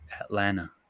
Atlanta